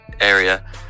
area